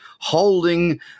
holding